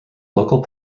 local